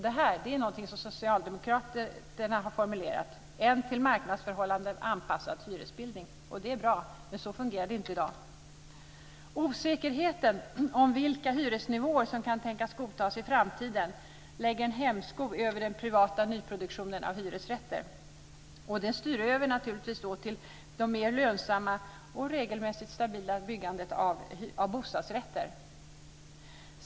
Det här är någonting som Socialdemokraterna har formulerat - en till marknadsförhållandena anpassad hyresbildning - och det är bra. Men så fungerar det inte i dag. Osäkerheten om vilka hyresnivåer som kan tänkas godtas i framtiden lägger en hämsko över den privata nyproduktionen av hyresrätter. Den styr naturligtvis också över till det mer lönsamma och regelmässigt stabila byggandet av bostadsrätter.